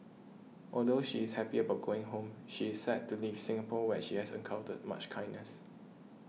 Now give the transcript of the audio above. although she is happy about going home she is sad to leave Singapore where she has encountered much kindness